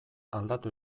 aldatu